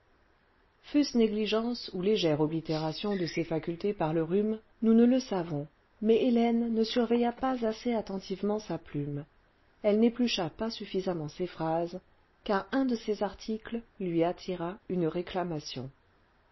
fut-ce négligence ou légère oblitération de ses facultés par le rhume nous ne le savons mais hélène ne surveilla pas assez attentivement sa plirme elle n'éplucha pas suffisamment ses phrases car un de ses articles lui attira une réclamation